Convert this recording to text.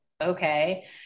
okay